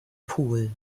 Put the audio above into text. pool